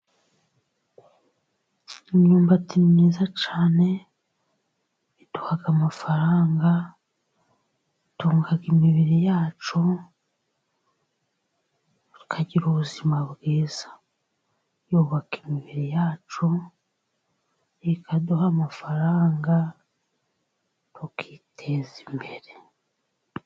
Imyumbati ni myiza cyane, iduhaha amafaranga itunga imibiri yacu, tukagira ubuzima bwiza, yubaka imibiri yacu, ikaduha amafaranga tukiteza imbere.